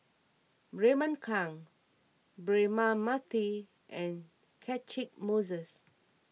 Raymond Kang Braema Mathi and Catchick Moses